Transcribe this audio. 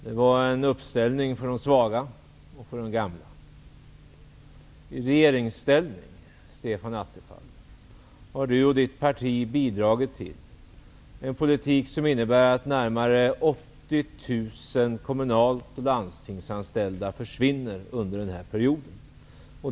Det var en uppställning för de svaga och gamla. I regeringsställning har Stefan Attefall och hans parti bidragit till en politik som innebär att närmare 80 000 kommunalt anställda och landstingsanställda försvinner under den här perioden.